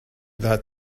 that